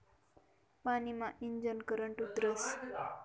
पानी मा ईजनं करंट उतरस